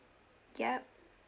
ya